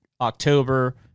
October